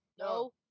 No